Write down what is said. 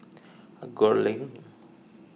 Gul Link